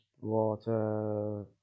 water